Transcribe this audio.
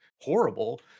horrible